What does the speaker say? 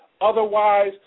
Otherwise